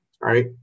right